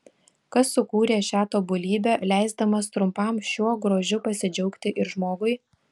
kas sukūrė šią tobulybę leisdamas trumpam šiuo grožiu pasidžiaugti ir žmogui